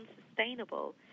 unsustainable